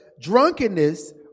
Drunkenness